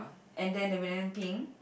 and then the millennium pink